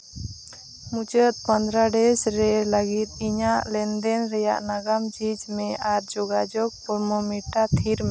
ᱢᱩᱪᱟᱹᱫ ᱯᱚᱸᱫᱽᱨᱚ ᱰᱮᱹᱥ ᱨᱮ ᱞᱟᱹᱜᱤᱫ ᱤᱧᱟᱹᱜ ᱞᱮᱱ ᱫᱮᱱ ᱨᱮᱭᱟᱜ ᱱᱟᱜᱟᱢ ᱡᱷᱤᱡᱽ ᱢᱮ ᱟᱨ ᱡᱚᱜᱟᱡᱳᱜᱽ ᱯᱨᱳᱢᱳᱢᱤᱴᱟᱨ ᱛᱷᱤᱨ ᱢᱮ